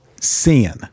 sin